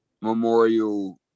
memorial